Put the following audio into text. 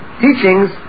teachings